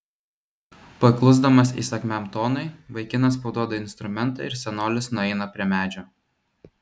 paklusdamas įsakmiam tonui vaikinas paduoda instrumentą ir senolis nueina prie medžio